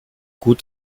gut